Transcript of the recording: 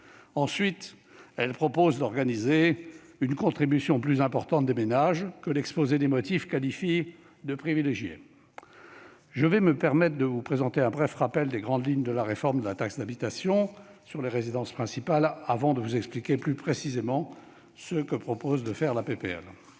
Ensuite, elle prévoit d'organiser une contribution plus importante des ménages que l'exposé des motifs qualifie de « privilégiés ». Mes chers collègues, je me permettrai de vous présenter un bref rappel des grandes lignes de la réforme de la taxe d'habitation sur les résidences principales, avant de vous expliquer plus précisément le contenu de la